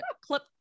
clip